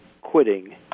quitting